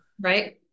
Right